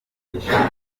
bishimiye